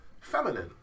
feminine